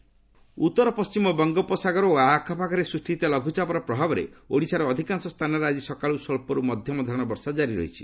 ଓଡ଼ିଶା ରେନ୍ ଉତ୍ତର ପଣ୍ଟିମ ବଙ୍ଗୋପସାଗର ଓ ଏହାର ଆଖପାଖରେ ସୃଷ୍ଟି ହୋଇଥିବା ଲଘୁଚାପ ପ୍ରଭାବରେ ଓଡ଼ିଶାର ଅଧିକାଂଶ ସ୍ଥାନରେ ଆଜି ସକାଳୁ ସ୍ୱଚ୍ଚରୁ ମଧ୍ୟମ ଧରଣର ବର୍ଷା କାରି ରହିଛି